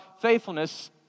faithfulness